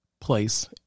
place